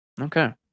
Okay